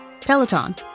Peloton